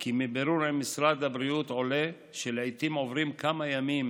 כי מבירור עם משרד הבריאות עולה שלעיתים עוברים כמה ימים